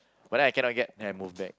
but then I cannot get then I move back